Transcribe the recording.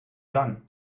done